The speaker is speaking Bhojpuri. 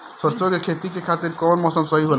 सरसो के खेती के खातिर कवन मौसम सही होला?